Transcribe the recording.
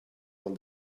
one